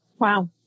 Wow